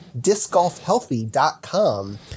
discgolfhealthy.com